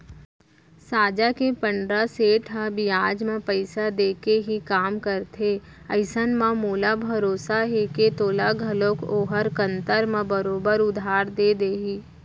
साजा के पंडरा सेठ ह बियाज म पइसा देके ही काम करथे अइसन म मोला भरोसा हे के तोला घलौक ओहर कन्तर म बरोबर उधार दे देही